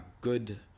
Good